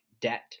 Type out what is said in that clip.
debt